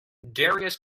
darius